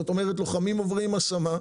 זאת אומרת לוחמים עוברים הסבה,